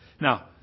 Now